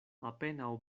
apenaŭ